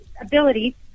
ability